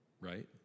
right